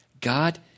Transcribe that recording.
God